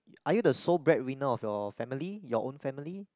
are you the sole bread winner of your family your own family